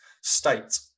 state